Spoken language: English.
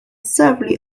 severely